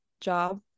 job